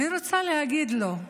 אני רוצה להגיד לו: